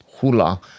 hula